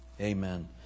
amen